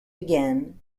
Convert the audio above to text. again